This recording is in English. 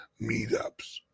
Meetups